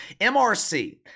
MRC